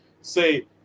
say